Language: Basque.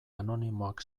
anonimoak